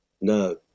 No